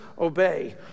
obey